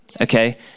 okay